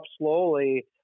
slowly